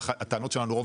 שהטענות שלנו כלפיהם,